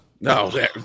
no